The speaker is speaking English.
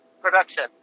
Production